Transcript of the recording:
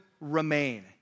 remain